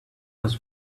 was